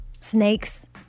Snakes